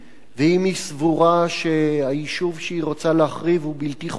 ואם היא סבורה שהיישוב שהיא רוצה להחריב הוא בלתי חוקי,